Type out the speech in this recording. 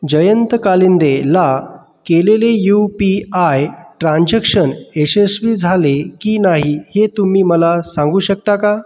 जयंत कालिंदेला केलेले U P I transaction यशस्वी झाले की नाही हे तुम्ही मला सांगू शकता का